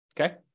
Okay